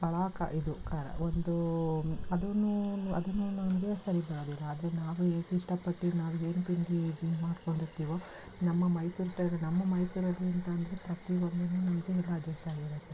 ಅಳ ಕಾ ಇದು ಖಾರ ಒಂದು ಅದನ್ನೂ ಅದನ್ನೂ ನಮಗೆ ಸರಿ ಬರೋದಿಲ್ಲ ಆದರೆ ನಾವು ಹೇಗೆ ಇಷ್ಟಪಟ್ಟಿದ್ದು ನಾವು ಏನು ತಿಂದು ಇದ್ನ ಮಾಡ್ಕೊಂಡಿರ್ತಿವೋ ನಮ್ಮ ಮೈಸೂರು ಸ್ಟೈಲ್ ನಮ್ಮ ಮೈಸೂರಲ್ಲಿ ಅಂತ ಅಂದ್ರೆ ಪ್ರತಿಯೊಂದೂ ನಮಗೆ ಎಲ್ಲ ಅಜ್ಜಸ್ಟ್ ಆಗಿರುತ್ತೆ